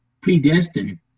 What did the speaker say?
predestined